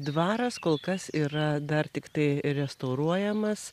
dvaras kol kas yra dar tiktai restauruojamas